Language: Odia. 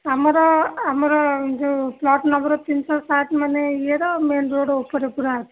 ଆମର ଆମର ଯେଉଁ ପ୍ଲଟ୍ ନମ୍ବର୍ ତିନିଶ ସାତ ମାନେ ଇଏର ମେନ୍ ରୋଡ଼୍ ପୂରା ଉପରେ ଅଛି